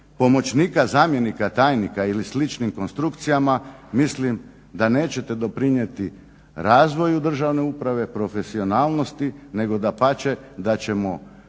pomoćnika zamjenika tajnika ili sličnim konstrukcijama mislim da nećete doprinijeti razvoju državne uprave, profesionalnosti, nego dapače